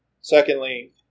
Secondly